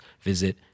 visit